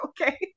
okay